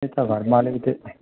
त्यही त घरमा अलिकति